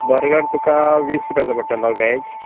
burger तुका वीस रुपयाचो पडटलो वेज